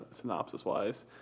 synopsis-wise